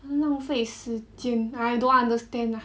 浪费时间 I don't understand lah